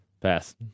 pass